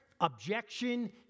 objection